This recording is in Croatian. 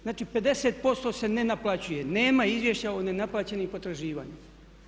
Znači 50% se ne naplaćuje, nema izvješća o nenaplaćenim potraživanjima.